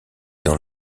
dans